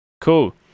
Cool